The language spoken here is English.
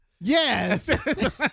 Yes